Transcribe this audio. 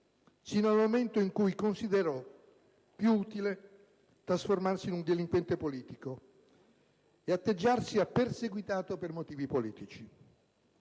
sino al momento in cui considerò più utile trasformarsi in un delinquente politico e atteggiarsi a perseguitato per motivi politici.